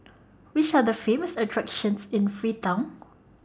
Which Are The Famous attractions in Freetown